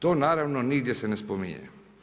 To naravno nigdje se ne spominje.